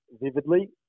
vividly